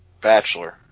Bachelor